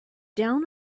down